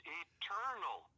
eternal